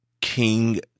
king